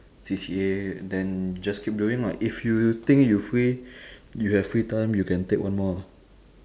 C_C_A and then you just keep doing lah if you you think you free you have free time you can take one more ah